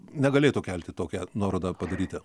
negalėtų kelti tokią nuorodą padaryti